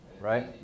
right